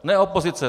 Ne opozice.